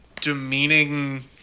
demeaning